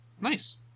Nice